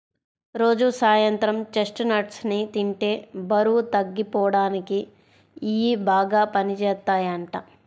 రోజూ సాయంత్రం చెస్ట్నట్స్ ని తింటే బరువు తగ్గిపోడానికి ఇయ్యి బాగా పనిజేత్తయ్యంట